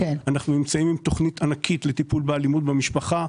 אנחנו נמצאים עם תוכנית ענקית לטיפול באלימות במשפחה.